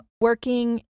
working